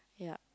ya